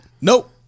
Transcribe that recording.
Nope